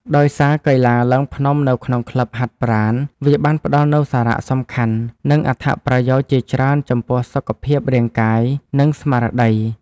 ដោយសារកីឡាឡើងភ្នំនៅក្នុងក្លឹបហាត់ប្រាណ វាបានផ្ដល់នូវសារៈសំខាន់ និងអត្ថប្រយោជន៍ជាច្រើនចំពោះសុខភាពរាងកាយ និងស្មារតី។